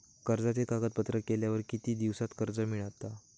कर्जाचे कागदपत्र केल्यावर किती दिवसात कर्ज मिळता?